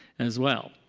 as well.